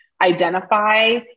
identify